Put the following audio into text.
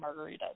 margaritas